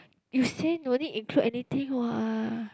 you say no need include anything what